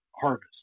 harvest